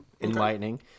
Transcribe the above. enlightening